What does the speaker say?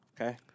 Okay